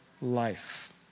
life